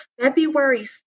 February